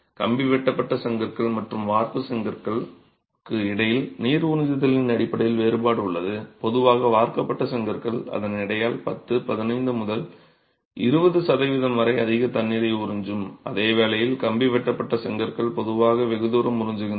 கம்பி வெட்டப்பட்ட செங்கற்கள் மற்றும் வார்ப்பு செங்கற்களுக்கு இடையே நீர் உறிஞ்சுதலின் அடிப்படையில் வேறுபாடு உள்ளது பொதுவாக வார்க்கப்பட்ட செங்கற்கள் அதன் எடையால் 10 15 முதல் 20 சதவீதம் வரை அதிக தண்ணீரை உறிஞ்சும் அதே வேளையில் கம்பி வெட்டப்பட்ட செங்கற்கள் பொதுவாக வெகுதூரம் உறிஞ்சுகின்றன